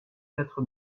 quatre